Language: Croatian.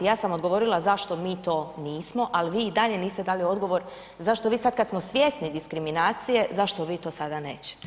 Ja sam odgovorila zašto mi to nismo ali vi i dalje niste dali odgovor zašto vi sad kad smo svjesni diskriminacije, zašto vi to sada nećete.